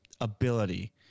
ability